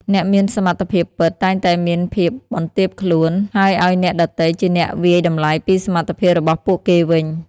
អ្នកមានសមត្ថភាពពិត តែងតែមានភាពបន្ទាបខ្លួន ហើយឱ្យអ្នកដទៃជាអ្នកវាយតម្លៃពីសមត្ថភាពរបស់ពួកគេវិញ។